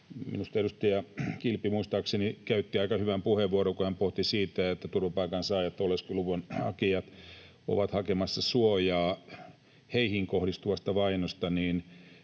edustaja Kilpi muistaakseni käytti aika hyvän puheenvuoron, kun hän pohti sitä, että turvapaikansaajat, oleskeluluvan hakijat, ovat hakemassa suojaa heihin kohdistuvasta vainosta.